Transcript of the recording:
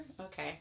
Okay